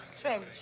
Trench